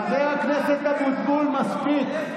חבר הכנסת אבוטבול, מספיק.